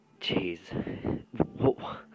Jeez